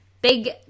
big